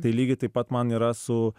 tai lygiai taip pat man yra su